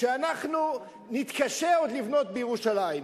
שאנחנו נתקשה עוד לבנות בירושלים,